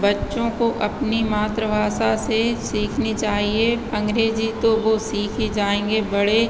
बच्चों को अपनी मातृभाषा से सीखनी चाहिए अंग्रेजी तो वो सीख ही जाएँगे बड़े